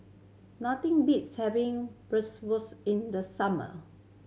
nothing beats having in the summer